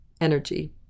energy